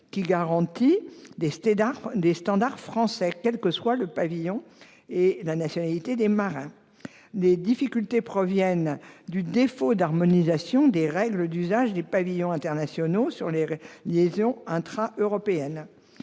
qui garantit des standards français, quels que soient le pavillon du navire et la nationalité des marins. Les difficultés proviennent du défaut d'harmonisation des règles d'usage des pavillons internationaux sur les liaisons intraeuropéennes.